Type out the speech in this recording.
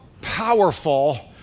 powerful